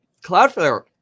Cloudflare